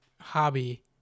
hobby